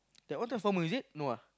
that one Transfomer is it no ah